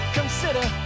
consider